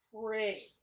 pray